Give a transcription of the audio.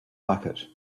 bucket